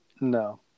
No